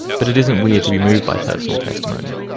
but it isn't weird to be moved by personal testimony.